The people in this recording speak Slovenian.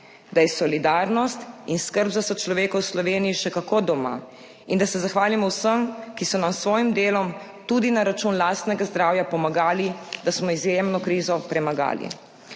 da je solidarnost in skrb za sočloveka v Sloveniji še kako doma, in da se zahvalimo vsem, ki so nam s svojim delom tudi na račun lastnega zdravja pomagali, da smo izjemno krizo premagali.